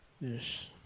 Yes